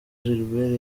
gilbert